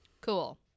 Cool